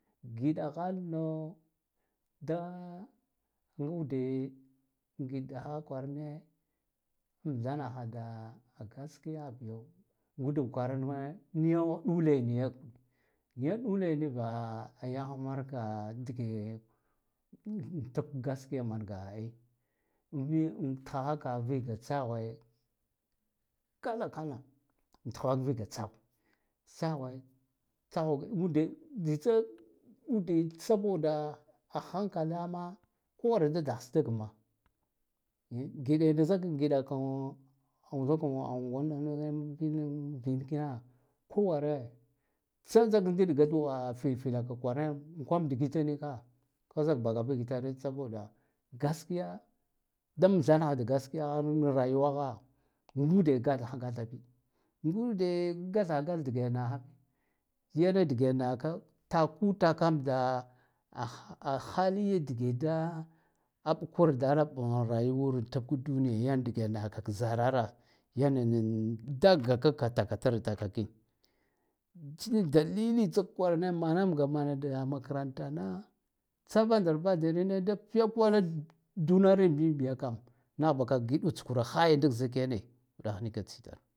Giɗa halno da ngude giɗdaha kwaran amthenaha da gaskiya biyo ngude ku aran ma niyo ɗule niyo niya ɗule niva a yah marka dige ukuv gaskiya mangaha ai “umm m” thaha an viga tsahue kala kala tha viga tsahu tsahwe ude jitsa ude sabo da a hankala ma kowar da dahs dag ma giɗa da a zikk giɗa kan vaka anguwanda ni vin vin kina kaware tsa tsa ndiɗga biya fifila ka tkwara ne ankwam digit nika ka zak baka bigitar saboda gaskiya da amthana ha da gaskiyiha an rayuwaha ngud gathaha gathabi ngude gatha ha gatha dige naha yane dige nako taku takam da a ahali dige da aɓ kurdara ɓan rayuwure tab ka duniya yan dige naka ka zarara yanina dal baka ka takatrataka ki tsik dalili tsak kwarane manamga mana makaranta na tsa vandar vandari ne da piya kwala ba dunarabin biya kam nah baka giɗa tskure haya ndil zik yane uɗah nika tsitare.